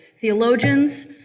theologians